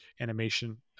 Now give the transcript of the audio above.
animation